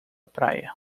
praia